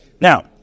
Now